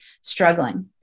struggling